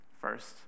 First